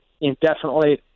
indefinitely